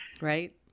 Right